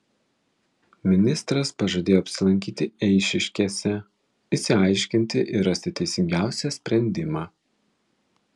ministras pažadėjo apsilankyti eišiškėse išsiaiškinti ir rasti teisingiausią sprendimą